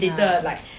ya